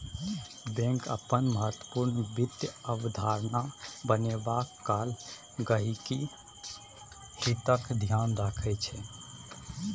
bank अपन महत्वपूर्ण वित्त अवधारणा बनेबा काल गहिंकीक हितक ध्यान रखैत छै